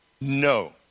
No